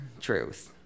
truth